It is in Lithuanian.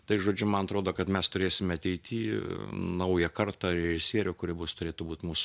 tai žodžiu man atrodo kad mes turėsim ateityje naują kartą režisierių kurie bus turėtų būti mus